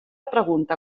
pregunta